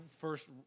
first